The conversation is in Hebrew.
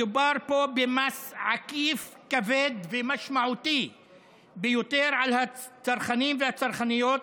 מדובר במס עקיף כבד ומשמעותי ביותר על הצרכנים והצרכניות,